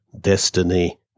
destiny